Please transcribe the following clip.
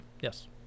Yes